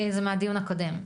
זה מהדיון הקודם,